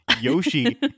Yoshi